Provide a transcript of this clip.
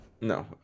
No